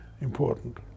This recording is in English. important